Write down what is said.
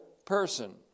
person